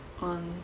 on